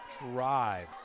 drive